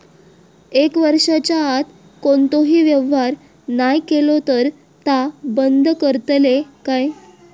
एक वर्षाच्या आत कोणतोही व्यवहार नाय केलो तर ता बंद करतले काय?